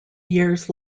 years